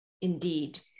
Indeed